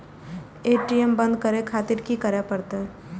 ATM बंद करें खातिर की करें परतें?